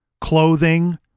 clothing